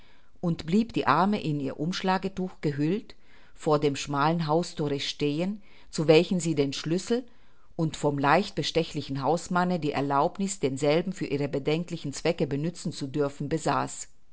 und blieb die arme in ihr umschlagetuch gehüllt vor dem schmalen hausthore stehen zu welchem sie den schlüssel und vom leichtbestechlichen hausmanne die erlaubniß denselben für ihre bedenklichen zwecke benützen zu dürfen besaß